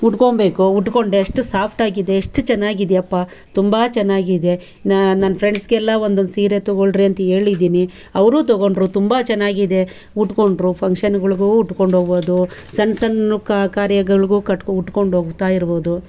ಉಟ್ಕೋಳ್ಬೇಕು ಉಟ್ಕೊಂಡೆ ಎಷ್ಟು ಸಾಫ್ಟಾಗಿದೆ ಎಷ್ಟು ಚೆನ್ನಾಗಿದೆಯಪ್ಪ ತುಂಬಾ ಚೆನ್ನಾಗಿದೆ ನನ್ನ ಫ್ರೆಂಡ್ಸ್ಗೆಲ್ಲ ಒಂದೊಂದು ಸೀರೆ ತೊಗೊಳ್ರಿ ಅಂಥೇಳಿದ್ದೀನಿ ಅವರು ತೊಗೊಂಡ್ರು ತುಂಬ ಚೆನ್ನಾಗಿದೆ ಉಟ್ಕೊಂಡ್ರು ಫಂಕ್ಷನ್ಗಳ್ಗು ಉಟ್ಕೊಂಡೋಗೋದು ಸಣ್ಣ ಸಣ್ಣ ಕಾರ್ಯಗಳಿಗು ಕಟ್ಕೋ ಉಟ್ಕೊಂಡೋಗ್ತಾಯಿರಬೋದು